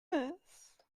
this